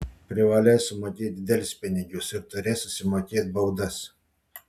privalės sumokėti delspinigius ir turės susimokėt baudas